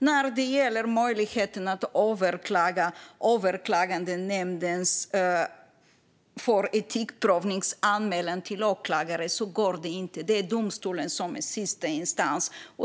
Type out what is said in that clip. När det gäller möjligheten att överklaga anmälan från Överklagandenämnden för etikprövning till åklagare går det inte. Det är domstolen som är sista instans.